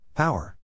Power